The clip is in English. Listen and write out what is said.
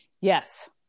Yes